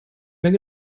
mehr